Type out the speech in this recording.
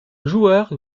joueur